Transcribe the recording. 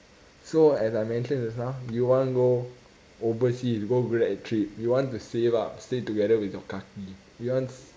so as I mentioned just now we want go oversea go grad trip you want to save up save together with your kaki you want